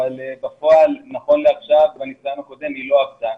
אבל בפועל נכון לעכשיו בניסיון הקודם היא לא עבדה.